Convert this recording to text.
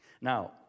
Now